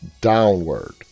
downward